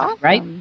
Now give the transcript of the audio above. right